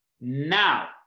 Now